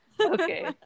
Okay